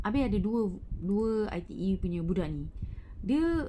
habis ada dua dua I_T_E punya budak ni dia